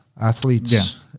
athletes